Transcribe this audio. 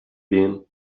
been